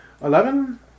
Eleven